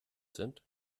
sind